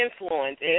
influence